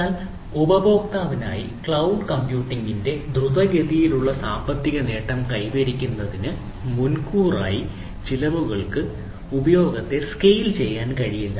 എന്നാൽ ഉപഭോക്താവിനായി ക്ലൌഡ് കമ്പ്യൂട്ടിംഗിന്റെ ദ്രുതഗതിയിലുള്ള സാമ്പത്തിക നേട്ടം കൈവരിക്കുന്നതിന് മുൻകൂറായി ചിലവുകൾക്ക് ഉപയോഗത്തെ സ്കെയിൽ ചെയ്യാൻ കഴിയില്ല